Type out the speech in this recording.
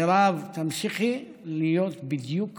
מירב, תמשיכי להיות בדיוק